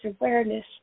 awareness